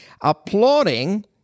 applauding